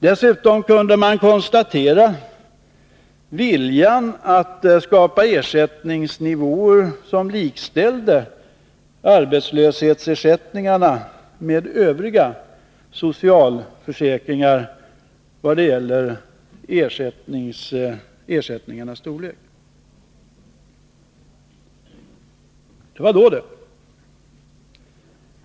Dessutom kunde man konstatera viljan att skapa ersättningsnivåer som likställde arbetslöshetsersättningarna med övriga sociala försäkringar. Det var då det.